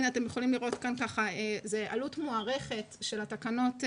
אתם יכולים לראות כאן עלות מוערכת של התקנות,